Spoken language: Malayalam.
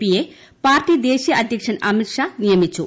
പിയെ പാർട്ടി ദേശീയ അധ്യക്ഷൻ അമിത്ഷാ നിയമിച്ചു